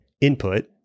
input